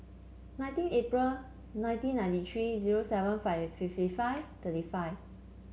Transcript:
nineteen April nineteen ninety three zero seven five fifty five thirty five